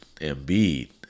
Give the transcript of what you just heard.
Embiid